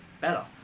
better